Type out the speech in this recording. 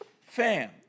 Fam